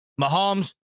Mahomes